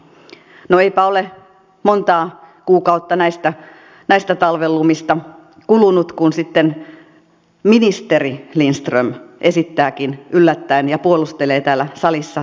no eipä ole montaa kuukautta näistä talven lumista kulunut kun sitten ministeri lindström esittääkin yllättäen tulevia työllisyysmäärärahojen leikkauksia ja puolustelee niitä täällä salissa